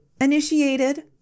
initiated